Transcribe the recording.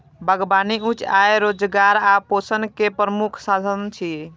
बागबानी उच्च आय, रोजगार आ पोषण के प्रमुख साधन छियै